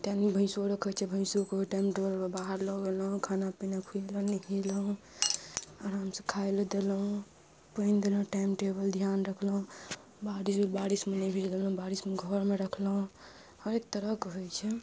तनी भैंसो रखै छै भैंसोके टाइम टेबलमे बाहर लऽ गेलहुॅं खाना पीना खुएलहुॅं नेहेलहुॅं आराम से खाय लए देलहुॅं पानि देलहुॅं टाइम टेबल ध्यान रखलहुॅं बारिश बारिशमे नहि भी देलहुॅं बारिशमे घरमे रखलहुॅं हरेक तरहके होइ छै